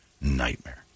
nightmare